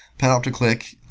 panopticlick